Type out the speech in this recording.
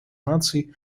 наций